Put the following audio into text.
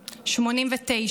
89,